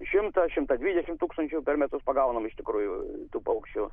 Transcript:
šimtą šimtą dvidešimt tūkstančių per metus pagaunam iš tikrųjų tų paukščių